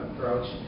approach